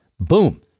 boom